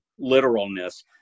literalness